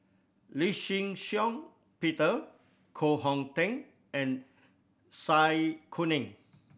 Lee Shih Shiong Peter Koh Hong Teng and Zai Kuning